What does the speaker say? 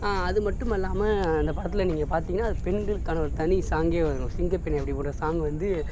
அதுமட்டுமல்லாமல் அந்த படத்தில் நீங்கள் பார்த்திங்கனா அது பெண்களுக்கான ஒரு தனி சாங்கே வரும் சிங்க பெண்ணே அப்படிப்பட்ட சாங் வந்து